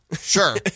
Sure